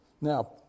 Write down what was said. Now